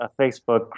Facebook